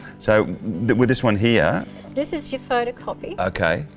so with this one here this is your photocopy. okay.